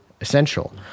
essential